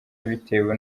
bitewe